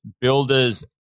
builders